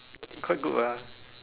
quite good what